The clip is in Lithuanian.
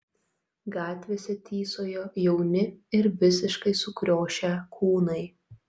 gatvėse tysojo jauni ir visiškai sukriošę kūnai